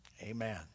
Amen